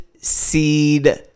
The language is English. seed